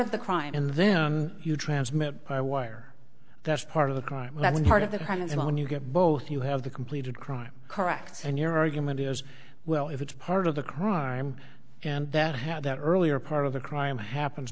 of the crime and then you transmit by wire that's part of the crime wasn't part of the crime is when you get both you have the completed crime correct and your argument is well if it's part of the crime and that how that earlier part of the crime happens